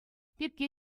пепке